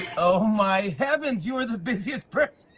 oh, my heavens, you are the busiest person!